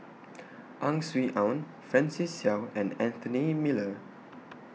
Ang Swee Aun Francis Seow and Anthony Miller